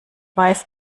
weiß